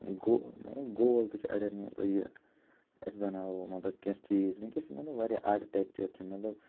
گوٚو مطلب گول تہِ چھِ اَڈٮ۪ن یہِ أسۍ بناوَو مطلب کیٚنٛہہ چیٖز وُنکٮ۪س چھِ مطلب واریاہ آرٹِٹیکچَر چھِ مطلب